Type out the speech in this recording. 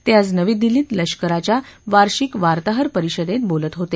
ते आज नवी दिल्लीत लष्काराच्या वार्षिक वार्ताहर परिषदेत बोलत होते